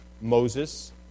Moses